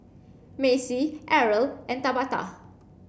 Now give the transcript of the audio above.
Macey Errol and Tabatha